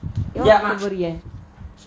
jap mak